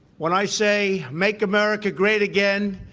when i say, make america great again,